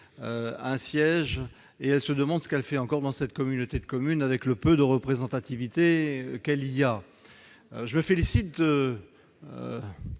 décision et se demande ce qu'elle fait encore dans cette communauté de communes, avec le peu de représentativité qu'elle y a. Je me félicite de